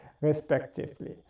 respectively